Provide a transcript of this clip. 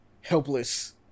helpless